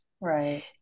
Right